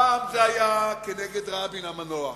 פעם זה היה כנגד רבין המנוח,